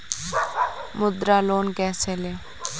मुद्रा लोन कैसे ले?